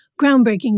groundbreaking